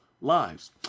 Lives